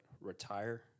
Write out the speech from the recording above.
retire